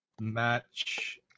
match